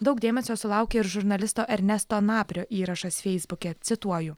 daug dėmesio sulaukė ir žurnalisto ernesto naprio įrašas feisbuke cituoju